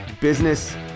business